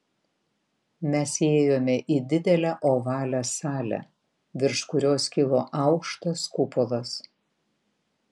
mes įėjome į didelę ovalią salę virš kurios kilo aukštas kupolas